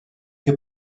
que